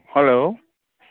hello